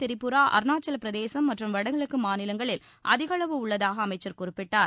திரிபுரா அருணாசலபிரதேசம் மற்றும் வடகிழக்கு மாநிலங்களில் அதிகளவு உள்ளதாக அமைச்சர் குறிப்பிட்டார்